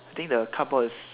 I think the cupboard is